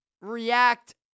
react